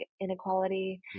inequality